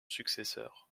successeur